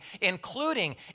including